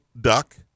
Duck